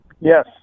Yes